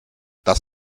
das